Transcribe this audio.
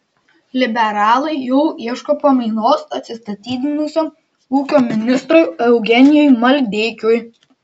liberalai jau ieško pamainos atsistatydinusiam ūkio ministrui eugenijui maldeikiui